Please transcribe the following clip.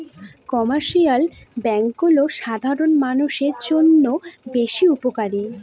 commercial ব্যাঙ্কগুলো সাধারণ মানষের জন্য বেশ উপকারী